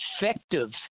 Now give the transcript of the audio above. effective